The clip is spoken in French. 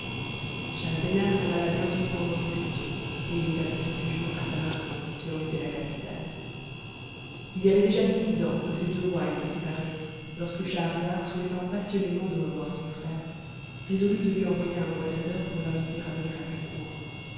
schahzenan en alla bientôt prendre possession et il établit son séjour à samarcande qui en était la capitale il y avait déjà dix ans que ces deux rois étaient séparés lorsque schahriar souhaitant passionnément de revoir son frère résolut de lui envoyer un ambassadeur pour l'inviter à venir à sa cour